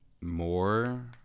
more